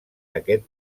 aquest